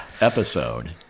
episode